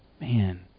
man